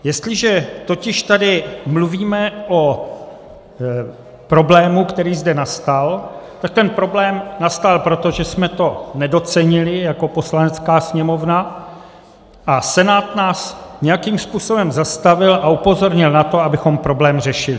Jestliže totiž tady mluvíme o problému, který zde nastal, tak ten problém nastal proto, že jsme to nedocenili jako Poslanecká sněmovna, a Senát nás nějakým způsobem zastavil a upozornil na to, abychom problém řešili.